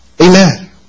Amen